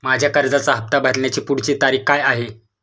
माझ्या कर्जाचा हफ्ता भरण्याची पुढची तारीख काय आहे?